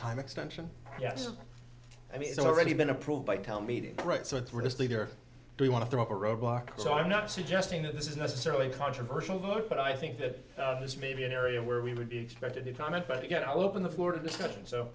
time extension yes i mean it's already been approved by town meeting right so it's we're just leader we want to throw up a roadblock so i'm not suggesting that this is necessarily a controversial book but i think that this may be an area where we would be expected to comment but again i'll open the floor discussion so